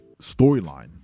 storyline